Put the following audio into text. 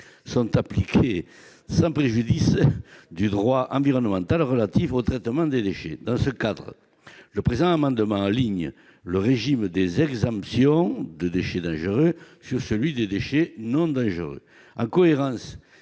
sont appliqués sans préjudice du droit environnemental relatif au traitement des déchets. Dans ce cadre, le présent amendement vise à aligner le régime des exemptions concernant les déchets dangereux sur celui qui a trait aux déchets non dangereux.